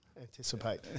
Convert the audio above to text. Anticipate